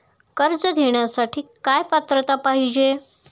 कर्ज घेण्यासाठी काय पात्रता पाहिजे?